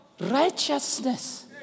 Righteousness